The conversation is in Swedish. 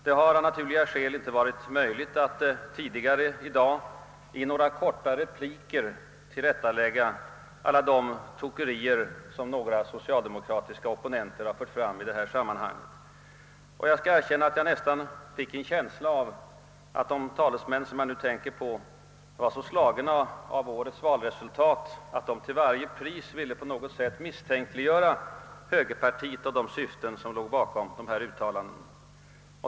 Det har av naturliga skäl inte varit möjligt att tidigare i dag i några korta repliker tillrättalägga alla de tokerier som några socialdemokratiska opponenter fört fram i detta sammanhang. Jag skall erkänna att jag nästan fick en känsla av att de talesmän som jag nu tänker på var så slagna av årets valresultat att de till varje pris ville misstänkliggöra högerpartiet och de syften som låg bakom dessa uttalanden.